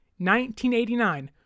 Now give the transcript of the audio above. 1989